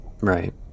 Right